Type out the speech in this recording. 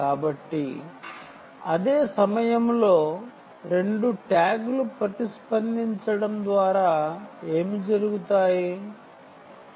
కాబట్టి అదే సమయంలో 2 ట్యాగ్లు ప్రతిస్పందించడం ద్వారా ఏమి జరుగుతుంది